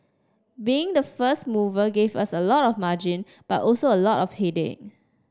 being the first mover gave us a lot of margin but also a lot of headache